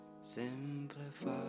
Simplify